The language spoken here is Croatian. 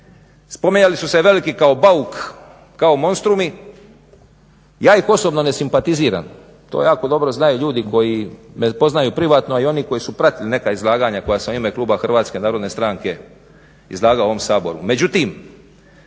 Spominjali su se veliki kao bauk, kao monstrumi, ja ih osobno ne simpatiziram. To jako dobro znaju ljudi koji me poznaju privatno i oni koji su pratili neka izlaganja koja sam u ime Kluba HNS-a izlagao ovom Saboru. Međutim